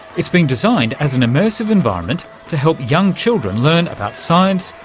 it's been designed as an immersive environment to help young children learn about science,